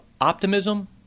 optimism